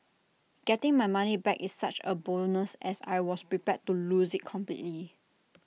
getting my money back is such A bonus as I was prepared to lose IT completely